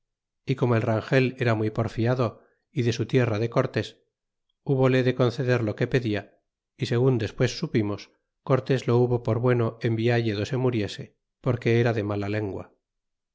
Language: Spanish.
y como el rangel era muy porfiado y de su tierra de cortés hubole de conceder lo que pedia y segun despues supimos cortés lo hubo por bueno envialle do se muriese porque era de mala lengua